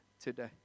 today